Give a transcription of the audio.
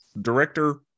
director